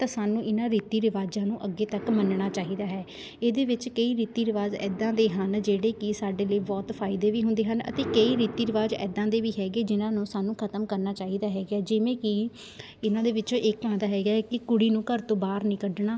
ਤਾਂ ਸਾਨੂੰ ਇਹਨਾਂ ਰੀਤੀ ਰਿਵਾਜ਼ਾਂ ਨੂੰ ਅੱਗੇ ਤੱਕ ਮੰਨਣਾ ਚਾਹੀਦਾ ਹੈ ਇਹਦੇ ਵਿੱਚ ਕਈ ਰੀਤੀ ਰਿਵਾਜ਼ ਇੱਦਾਂ ਦੇ ਹਨ ਜਿਹੜੇ ਕਿ ਸਾਡੇ ਲਈ ਬਹੁਤ ਫਾਇਦੇ ਵੀ ਹੁੰਦੇ ਹਨ ਅਤੇ ਕਈ ਰੀਤੀ ਰਿਵਾਜ਼ ਇੱਦਾਂ ਦੇ ਵੀ ਹੈਗੇ ਜਿੰਨਾਂ ਨੂੰ ਸਾਨੂੰ ਖਤਮ ਕਰਨਾ ਚਾਹੀਦਾ ਹੈਗਾ ਜਿਵੇਂ ਕਿ ਇਹਨਾਂ ਦੇ ਵਿੱਚੋਂ ਇੱਕ ਆਉਂਦਾ ਹੈਗਾ ਕਿ ਕੁੜੀ ਨੂੰ ਘਰ ਤੋਂ ਬਾਹਰ ਨਹੀਂ ਕੱਢਣਾ